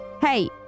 hey